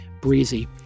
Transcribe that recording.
breezy